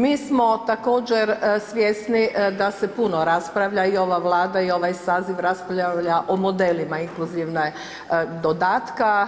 Mi smo također svjesni da se puno raspravlja i ova Vlada i ovaj saziv raspravlja o modelima inkluzivnog dodatka